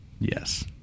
Yes